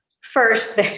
first